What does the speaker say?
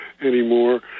anymore